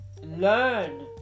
learn